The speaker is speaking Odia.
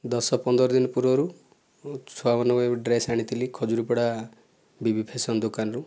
ଦଶ ପନ୍ଦରଦିନ ପୂର୍ବରୁ ଛୁଆଙ୍କ ପାଇଁ ଡ୍ରେସ୍ ଆଣିଥିଲି ଖଜୁରୀ ପଡ଼ା ବିବି ଫ୍ୟାସନ ଦୋକାନରୁ